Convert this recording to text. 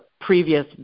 previous